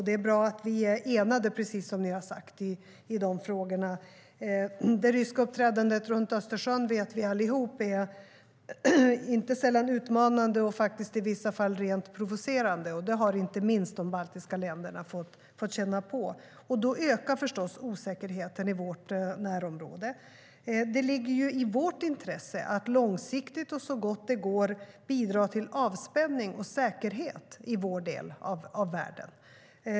Det är bra att vi är enade, precis som ni har sagt, i de frågorna. Det ligger i vårt intresse att långsiktigt och så gott det går bidra till avspänning och säkerhet i vår del av världen.